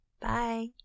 Bye